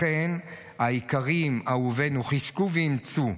לכם, היקרים, אהובינו, חזקו ואמצו.